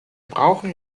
brauchen